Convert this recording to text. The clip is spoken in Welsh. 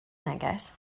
neges